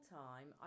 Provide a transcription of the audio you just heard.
time